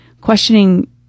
questioning